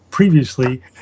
Previously